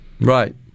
Right